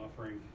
offering